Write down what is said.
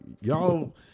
y'all